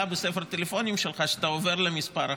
בספר הטלפונים שלך שאתה עובר למספר אחר.